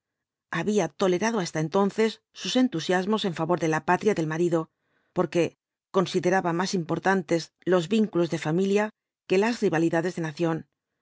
había tolerado hasta entonces sus entusiasmos en favor de la patria del marido porque consideraba más importantes los vínculos de familia que las rivalidades de nación por